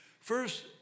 First